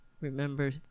remember